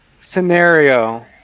scenario